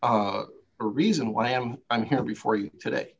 a reason why am i'm here before you today